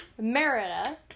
Merida